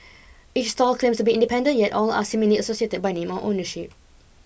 each stall claims to be independent yet all are seemingly associated by name or ownership